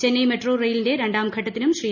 Chennai metro റെയിലിന്റെ രണ്ടാം ഘട്ടത്തിനും ശ്രീ